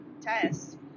test